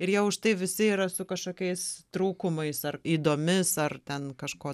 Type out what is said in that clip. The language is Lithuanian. ir jie už tai visi yra su kažkokiais trūkumais ar ydomis ar ten kažkuo